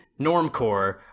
Normcore